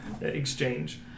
exchange